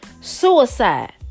suicide